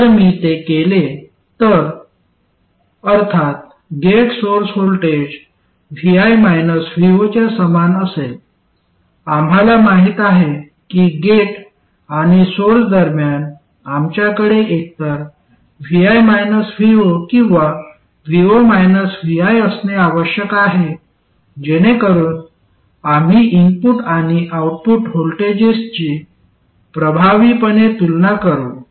जर मी ते केले तर अर्थात gate source voltage vi vo च्या समान असेल आम्हाला माहित आहे की गेट आणि सोर्स दरम्यान आमच्याकडे एकतर vi vo किंवा vo vi असणे आवश्यक आहे जेणेकरून आम्ही इनपुट आणि आउटपुट व्होल्टेजेसची प्रभावीपणे तुलना करू